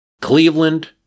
Cleveland